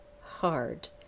hard